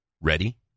Ready